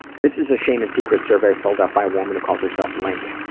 this is a shame and secrets survey filled out by a woman who calls herself link.